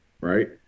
right